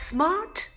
Smart